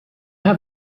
have